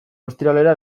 ostiralera